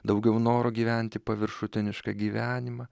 daugiau noro gyventi paviršutinišką gyvenimą